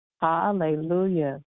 Hallelujah